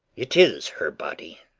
it is her body,